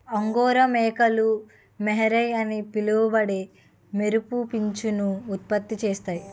angora మేకలు mohair అని పిలువబడే మెరుపు పీచును ఉత్పత్తి చేస్తాయి